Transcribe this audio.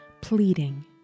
pleading